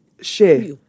share